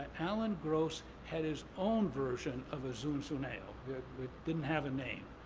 alan gross had his own version of a zunzuneo that didn't have a name,